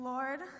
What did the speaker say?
Lord